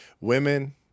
women